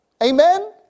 Amen